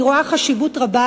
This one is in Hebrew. אני רואה חשיבות רבה,